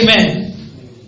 Amen